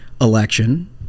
election